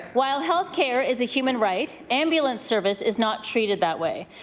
while health care is a human right, ambulance service is not treated that way.